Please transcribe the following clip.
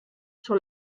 sur